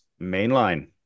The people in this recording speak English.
Mainline